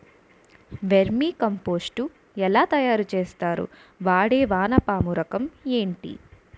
Vermi compost ఎలా తయారు చేస్తారు? వాడే వానపము రకం ఏంటి?